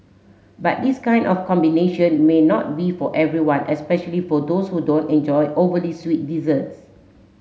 but this kind of combination may not be for everyone especially for those who don't enjoy overly sweet desserts